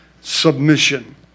submission